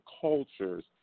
cultures